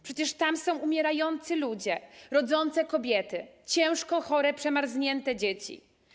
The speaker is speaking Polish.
Przecież tam są umierający ludzie, rodzące kobiety, ciężko chore, przemarznięte dzieci.